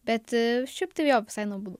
bet šiaip tai jo visai nuobodu